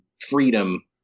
freedom